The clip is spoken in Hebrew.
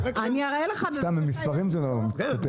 במספרים זה לא מתכתב.